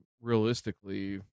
realistically